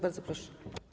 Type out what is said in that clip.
Bardzo proszę.